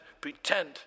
pretend